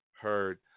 heard